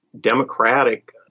Democratic